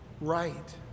right